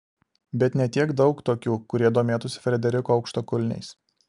bet ne tiek daug tokių kurie domėtųsi frederiko aukštakulniais